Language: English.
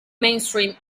mainstream